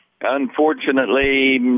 Unfortunately